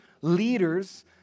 leaders